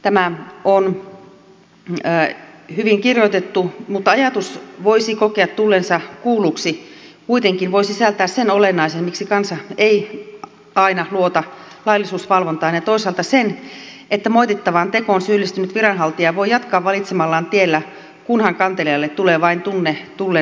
tämä on hyvin kirjoitettu mutta ajatus voisi kokea tulleensa kuulluksi kuitenkin voi sisältää sen olennaisen miksi kansa ei aina luota laillisuusvalvontaan ja toisaalta sen että moitittavaan tekoon syyllistynyt viranhaltija voi jatkaa valitsemallaan tiellä kunhan kantelijalle tulee vain tunne kuulluksi tulemisesta